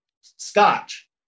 scotch